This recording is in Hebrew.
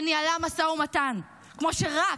וניהלה משא ומתן כמו שרק,